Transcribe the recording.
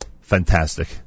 fantastic